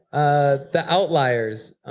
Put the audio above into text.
ah the outliers.